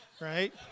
Right